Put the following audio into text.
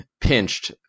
pinched